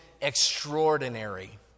extraordinary